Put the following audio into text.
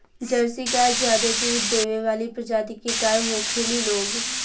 Jersey गाय ज्यादे दूध देवे वाली प्रजाति के गाय होखेली लोग